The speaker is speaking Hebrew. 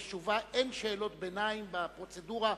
יש תשובה, אין שאלות ביניים בפרוצדורה הזו.